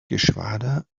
geschwader